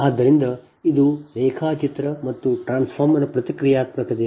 ಆದ್ದರಿಂದ ಇದು ರೇಖಾಚಿತ್ರ ಮತ್ತು ಟ್ರಾನ್ಸ್ಫಾರ್ಮರ್ ಪ್ರತಿಕ್ರಿಯಾತ್ಮಕತೆಯನ್ನು0